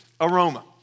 aroma